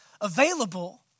available